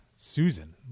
Susan